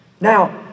Now